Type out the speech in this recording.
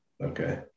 Okay